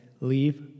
leave